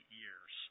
years